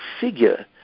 figure